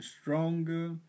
stronger